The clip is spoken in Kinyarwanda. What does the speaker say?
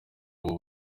ubu